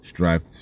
Strive